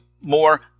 more